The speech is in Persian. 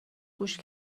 گوش